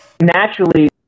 naturally